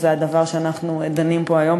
שזה הדבר שאנחנו דנים בו היום,